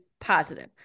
Positive